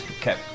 Okay